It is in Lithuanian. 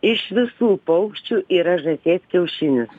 iš visų paukščių yra žąsies kiaušinis